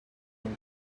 some